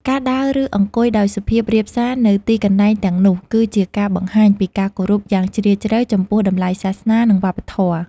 ការដើរ ឬអង្គុយដោយសុភាពរាបសារនៅទីកន្លែងទាំងនោះគឺជាការបង្ហាញពីការគោរពយ៉ាងជ្រាលជ្រៅចំពោះតម្លៃសាសនា និងវប្បធម៌។